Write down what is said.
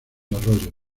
arroyos